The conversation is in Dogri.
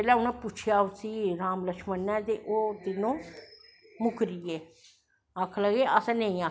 फिर जिसलै पुच्छेआ राम लक्ष्मण नै ते ओह् तिनों मुक्करी गे आखन लगे असैं नेंई आखेआ